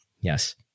Yes